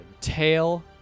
tail